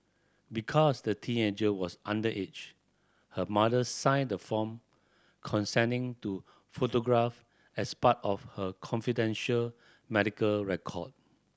because the teenager was underage her mother signed the form consenting to photograph as part of her confidential medical record